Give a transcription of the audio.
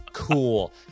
cool